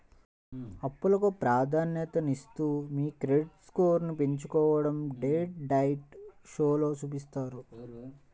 అప్పులకు ప్రాధాన్యతనిస్తూనే మీ క్రెడిట్ స్కోర్ను పెంచుకోడం డెట్ డైట్ షోలో చూపిత్తారు